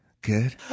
good